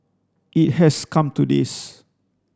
it has come to this